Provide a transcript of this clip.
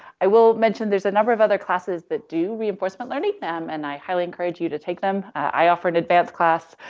i will mention there's a number of other classes that do reinforcement learning and i highly encourage you to take them. i i offer an advanced class,